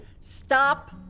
Stop